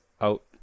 out